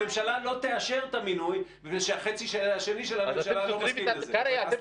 הממשלה לא תאשר את המינוי מפני שהחצי השני של הממשלה לא מסכים לזה.